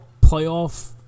playoff